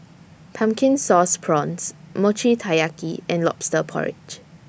Pumpkin Sauce Prawns Mochi Taiyaki and Lobster Porridge